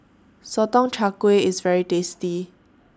Sotong Char Kway IS very tasty